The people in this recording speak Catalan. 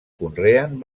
conreen